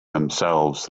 themselves